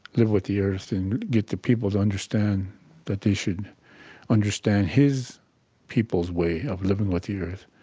live with the earth and get the people to understand that they should understand his people's way of living with the earth.